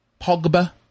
Pogba